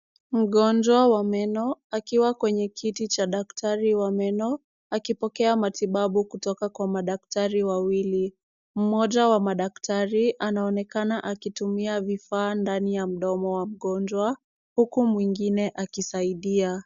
Mgonjwa wa meno akiwa kwenye kiti cha daktari wa meno akipokea matibabu kutoka kwa madaktari wawili. Mmoja wa madaktari anaonekana akitumia vifaa ndani ya mdomo wa mgonjwa huku mwingine akisaidia.